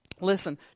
listen